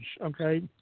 okay